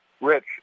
Rich